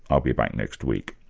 i'll be back next week